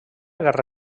guerra